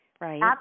Right